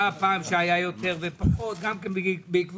היה פעם שהיה יותר ופחות גם בעקבות